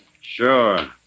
Sure